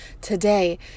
today